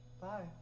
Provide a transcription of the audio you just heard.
Bye